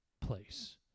place